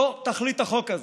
זו תכלית החוק הזה,